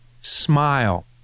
smile